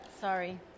Sorry